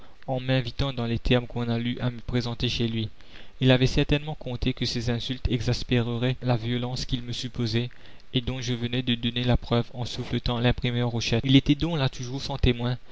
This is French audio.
en m'invitant dans les termes qu'on a lus à me présenter chez lui il avait certainement compté que ses insultes exaspéreraient la violence qu'il me supposait et dont je venais de donner la preuve en souffletant l'imprimeur rochette il était donc là toujours sans témoins